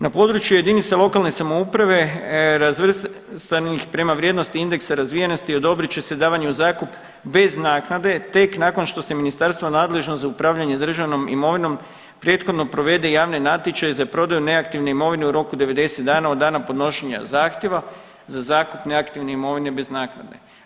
Na području JLS razvrstanih prema vrijednosti indeksa razvijenosti odobrit će se davanje u zakup bez naknade tek nakon što se ministarstvo nadležno za upravljanje državnom imovinom prethodno provede javne natječaje za prodaju neaktivne imovine u roku 90 dana od dana podnošenja zahtjeva za zakup neaktivne imovine bez naknade.